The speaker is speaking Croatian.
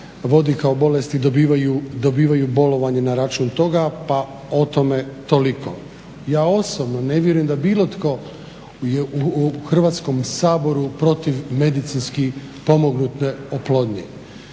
vodi kao bolest i dobivaju bolovanje na račun toga. Pa o tome toliko. Ja osobno ne vjerujem da bilo tko u Hrvatskom saboru je protiv medicinski pomognute oplodnje,